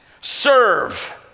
serve